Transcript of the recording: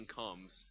comes